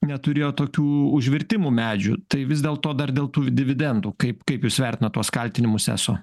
neturėjo tokių užvirtimų medžių tai vis dėlto dar dėl tų dividendų kaip kaip jūs vertinat tuos kaltinimus eso